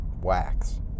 wax